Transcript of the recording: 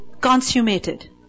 consummated